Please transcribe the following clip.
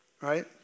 right